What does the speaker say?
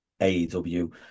AEW